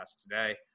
today